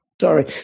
Sorry